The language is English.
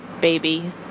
Baby